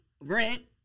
Rent